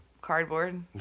Cardboard